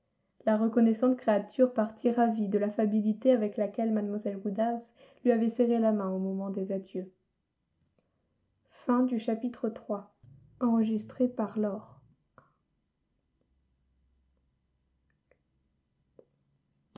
la reconnaissante créature partit ravie de l'affabilité avec laquelle mlle woodhouse lui avait serré la main au moment des adieux